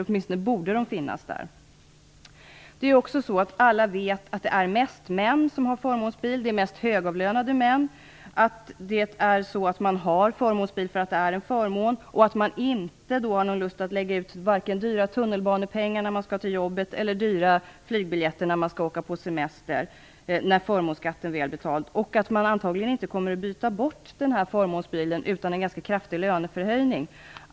Åtminstone borde de finnas där. Alla vet att det mest är högavlönade män som har förmånsbil, att man har förmånsbil därför att det är en förmån och att man inte har någon lust att lägga ut pengar vare sig på dyra tunnelbaneresor när man skall till jobbet eller på dyra flygbiljetter när man skall åka på semester, när förmånsskatten väl är betald. Man kommer antagligen inte heller att byta bort förmånsbilen utan en ganska kraftig löneförhöjning.